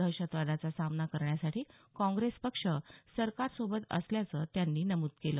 दहशतवादाचा सामना करण्यासाठी काँग्रेस पक्ष सरकारसोबत असल्याचं त्यांनी नमूद केलं